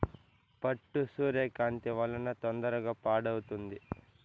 పట్టు సూర్యకాంతి వలన తొందరగా పాడవుతుంది